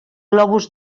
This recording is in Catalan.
globus